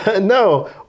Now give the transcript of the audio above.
No